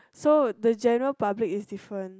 so the general public is different